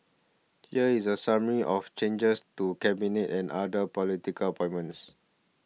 here is the summary of changes to Cabinet and other political appointments